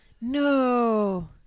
no